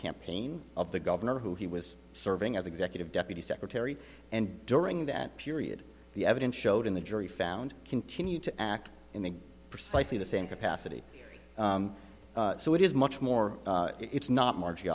campaign of the governor who he was serving as executive deputy secretary and during that period the evidence showed in the jury found continue to act in the precisely the same capacity so it is much more it's not